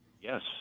Yes